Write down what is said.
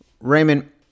Raymond